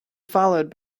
followed